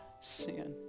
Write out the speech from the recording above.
sin